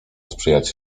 sprzyjać